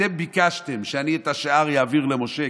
אתם ביקשתם שאני את השאר אעביר למשה,